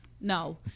No